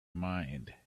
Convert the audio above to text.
mind